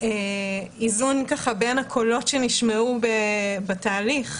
איזון בין הקולות שנשמעו בתהליך.